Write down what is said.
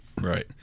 Right